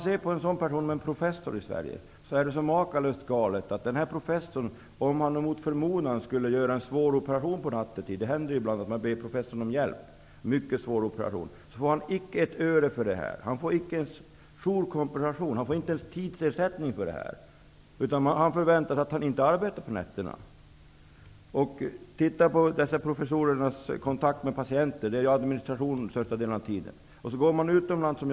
I Sverige är det så makalöst galet att en professor icke får ett öre om han mot förmodan skulle göra en mycket svår operation på nattetid -- det händer ibland att man ber professorn om hjälp. Han får inte ens jourkompensation eller övertidsersättning för detta. Han förväntas inte arbeta på nätterna. Hur ser dessa professorers kontakt med patienterna ut? Största delen av tiden går ju åt till administration.